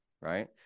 Right